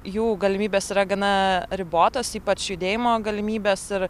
jų galimybės yra gana ribotos ypač judėjimo galimybės ir